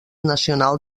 nacional